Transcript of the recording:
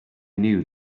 knew